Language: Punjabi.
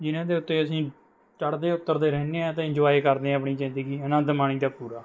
ਜਿਹਨਾਂ ਦੇ ਉੱਤੇ ਅਸੀਂ ਚੜ੍ਹਦੇ ਉੱਤਰਦੇ ਰਹਿੰਦੇ ਹਾਂ ਅਤੇ ਇੰਜ਼ੁਆਏ ਕਰਦੇ ਹਾਂ ਆਪਣੀ ਜ਼ਿੰਦਗੀ ਆਨੰਦ ਮਾਣੀ ਦਾ ਪੂਰਾ